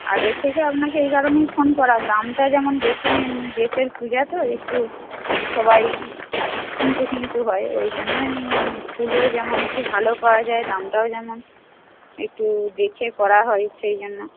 আগে থেকে আপনাকে এই কারণেই ফোন করা দামটা যেন বেশী নেন না দেশের পূজা তো একটু সবাই কিন্তু কিন্তু হয় ওই জন্যই ফুলও যেমন একটু ভালো পাওয়া যায় দামটাও যেন একটু দেখে করা হয় সেই জন্য